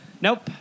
Nope